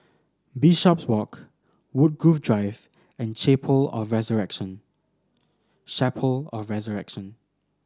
Bishopswalk Woodgrove Drive and Chapel of Resurrection of Resurrection